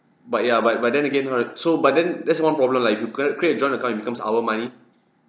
but ya but but then again how it so but then that's one problem like you gonna create joint account it becomes our money